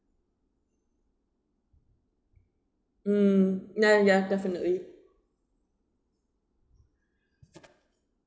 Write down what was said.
um ya ya definitely